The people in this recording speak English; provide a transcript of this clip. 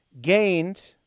gained